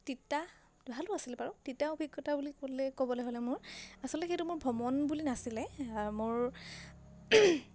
তিতা ভালো আছিলে বাৰু তিতা অভিজ্ঞতা বুলি ক'লে ক'বলৈ হ'লে মোৰ আচলতে সেইটো মোৰ ভ্ৰমণ বুলি নাছিলে মোৰ